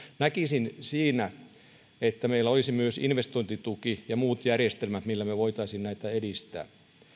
näkisin että siinä meillä olisi myös investointituki ja muut järjestelmät millä me voisimme näitä edistää mikä sitten